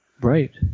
Right